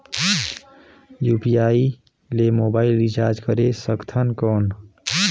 UPI ले mobile recharge करे सकथन कौन?